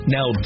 Now